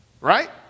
Right